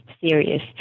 serious